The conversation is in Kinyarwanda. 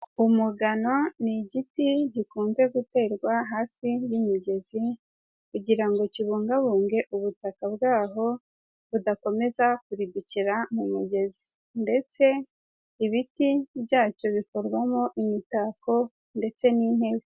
Umugano ni igiti gikunze guterwa hafi y'imigezi kugira ngo kibungabunge ubutaka bw'aho budakomeza kuridukira mu mugezi ndetse ibiti byacyo bikorwamo imitako ndetse n'intebe.